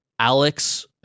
alex